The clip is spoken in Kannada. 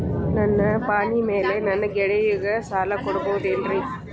ನನ್ನ ಪಾಣಿಮ್ಯಾಲೆ ನನ್ನ ಗೆಳೆಯಗ ಸಾಲ ಕೊಡಬಹುದೇನ್ರೇ?